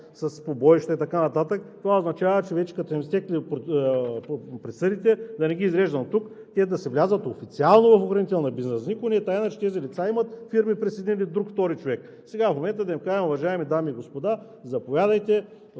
с побоища и така нататък. Това означава, че вече, като са им изтекли присъдите, да не ги изреждам тук, те да си влязат официално в охранителния бизнес. За никого не е тайна, че тези лица имат фирми през един или друг втори човек. Сега в момента да им кажем: уважаеми дами и господа, заповядайте,